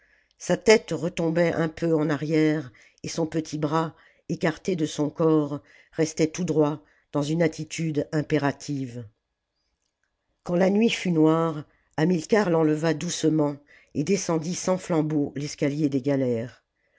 sa tête retombait un peu en arrière et son petit bras écarté de son corps restait tout droit dans une attitude impérative quand la nuit fut noire hamilcar l'enleva doucement et descendit sans flambeau l'escalier des galères